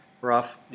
rough